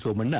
Somanna